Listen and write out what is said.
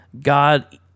God